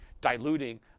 diluting